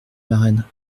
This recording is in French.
marraine